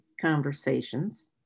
conversations